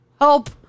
Help